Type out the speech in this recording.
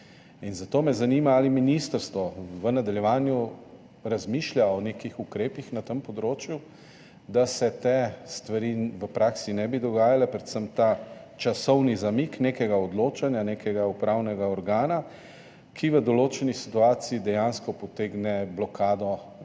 Zato me zanima: Ali ministrstvo v nadaljevanju razmišlja o ukrepih na področju zavarovanih območij, da se te stvari v praksi ne bi dogajale, predvsem ta časovni zamik odločanja nekega upravnega organa, ki v določeni situaciji dejansko potegne blokado